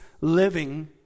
living